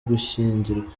gushyingirwa